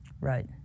Right